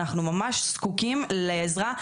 אנחנו ממש זקוקים לעזרה.